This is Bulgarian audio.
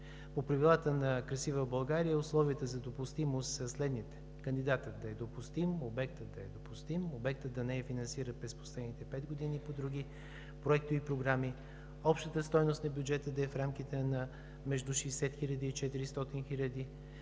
По правилата на „Красива България“ условията за допустимост са следните: кандидатът да е допустим; обектът да е допустим; обектът да не е финансиран през последните пет години по други проекти и програми; общата стойност на бюджета да е в рамките на между 60 хиляди и 400 хиляди;